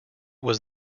was